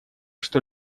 что